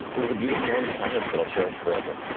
it was a beautiful moment of silence that i'll cherish forever.